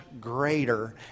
greater